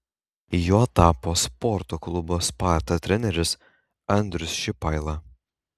juo tapo sporto klubo sparta treneris andrius šipaila